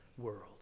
world